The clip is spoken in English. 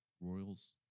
Royals